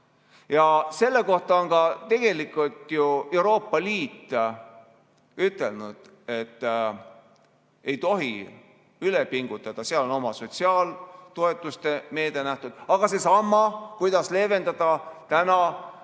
Selle kohta on ka ju Euroopa Liit ütelnud, et ei tohi üle pingutada, seal on oma sotsiaaltoetuste meede ette nähtud, ka seesama, kuidas leevendada seda